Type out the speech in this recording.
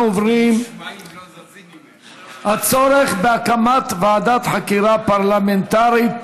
אנחנו עוברים להצעה לסדר-היום בנושא: הצורך בהקמת ועדת חקירה פרלמנטרית